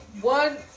One